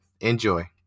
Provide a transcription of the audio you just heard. Enjoy